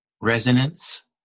resonance